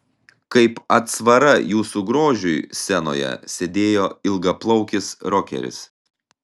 kaip atsvara jūsų grožiui scenoje sėdėjo ilgaplaukis rokeris